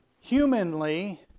humanly